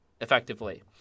effectively